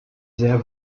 sehr